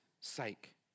sake